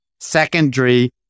secondary